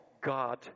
God